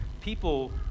People